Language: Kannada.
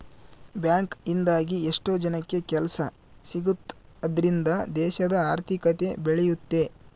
ಬ್ಯಾಂಕ್ ಇಂದಾಗಿ ಎಷ್ಟೋ ಜನಕ್ಕೆ ಕೆಲ್ಸ ಸಿಗುತ್ತ್ ಅದ್ರಿಂದ ದೇಶದ ಆರ್ಥಿಕತೆ ಬೆಳಿಯುತ್ತೆ